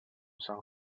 san